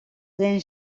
den